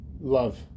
love